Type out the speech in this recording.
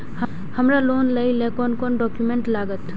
हमरा लोन लाइले कोन कोन डॉक्यूमेंट लागत?